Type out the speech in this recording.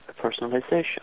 personalization